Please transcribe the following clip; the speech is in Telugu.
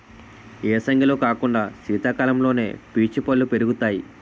ఏసంగిలో కాకుండా సీతకాలంలోనే పీచు పల్లు పెరుగుతాయి